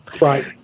Right